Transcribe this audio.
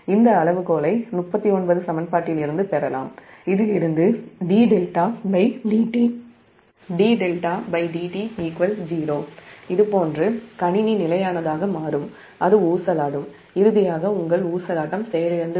இந்த அளவுகோலை 39 சமன்பாட்டிலிருந்து பெறலாம்இதிலிருந்து dδdt0 இதுபோன்று கணினி நிலையானதாக மாறும் அது ஊசலாடும் இறுதியாக உங்கள் ஊசலாட்டம் செயலிழந்துவிடும்